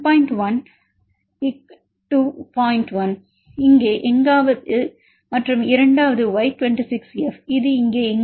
1 இங்கே எங்காவது மற்றும் இரண்டாவது Y26F இது இங்கே எங்காவது 0